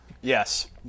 Yes